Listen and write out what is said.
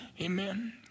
Amen